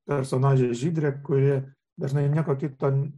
personažė žydrė kuri dažnai nieko kito